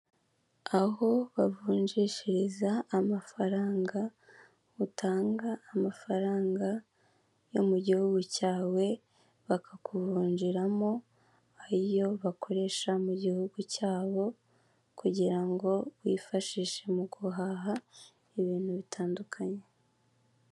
Aho bavunjishiriza amafaranga, utanga amafaranga yo mu gihugu cyawe, bakakuvunjiramo ayo bakoresha mu gihugu cyabo, kugira ngo wifashishe mu guhaha ibintu bitandukanye.